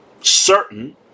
certain